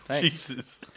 Jesus